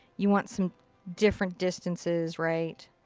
you want some different distances, right?